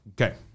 Okay